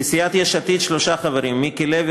לסיעת יש עתיד שלושה חברים: מיקי לוי,